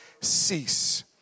cease